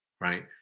right